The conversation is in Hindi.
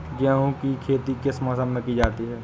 गेहूँ की खेती किस मौसम में की जाती है?